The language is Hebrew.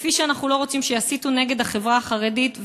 כפי שאנחנו לא רוצים שיסיתו נגד החברה החרדית,